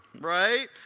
right